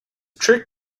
trick